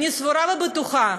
אני סבורה ובטוחה,